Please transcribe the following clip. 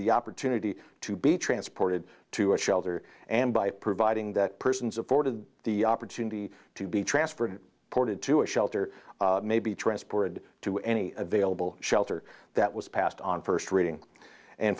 the opportunity to be transported to a shelter and by providing that persons afforded the opportunity to be transferred ported to a shelter may be transported to any available shelter that was passed on first reading and